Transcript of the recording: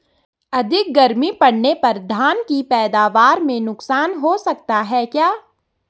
अधिक गर्मी पड़ने पर धान की पैदावार में नुकसान हो सकता है क्या?